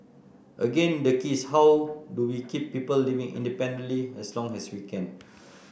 again the key is how do we keep people living independently as long as we can